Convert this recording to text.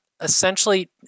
essentially